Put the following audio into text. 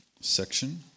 section